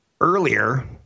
earlier